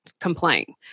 complain